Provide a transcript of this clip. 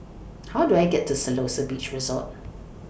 How Do I get to Siloso Beach Resort